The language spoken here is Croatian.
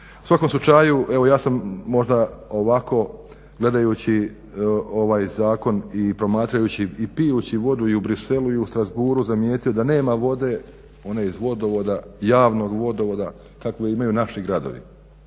U svakom slučaju evo ja sam možda ovako gledajući ovaj zakon i promatrajući i pijući vodu i u Bruxellesu i u Strasbourghu zamijetio da nema vode one iz vodovoda, javnog vodovoda kakvu imaju naši gradovi.